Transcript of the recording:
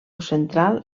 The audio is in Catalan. central